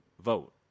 Vote